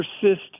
persist